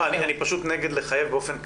אני פשוט נגד לחייב באופן כללי.